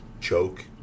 Choke